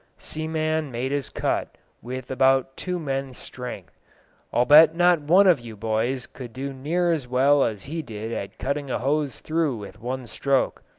seaman made his cut with about two men's strength i'll bet not one of you boys could do near as well as he did at cutting a hose through with one stroke.